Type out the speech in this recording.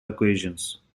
occasions